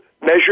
measure